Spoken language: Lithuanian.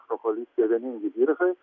koalicija vieningi biržai